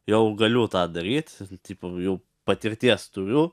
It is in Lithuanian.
jau galiu tą daryt tipo jau patirties turiu